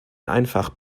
einfach